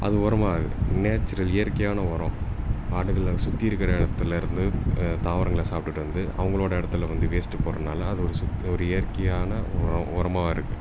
அது உரமாயிடுது நேச்சுரல் இயற்கையான உரம் ஆடுகளை சுற்றி இருக்கிற இடத்துல இருந்து தாவரங்களை சாப்பிட்டுட்டு வந்து அவங்களோட இடத்துல வந்து வேஸ்ட்டு போடறனால அது ஒரு சுப் ஒரு இயற்கையான உரம் உரமா இருக்குது